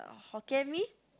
Hokkien-Mee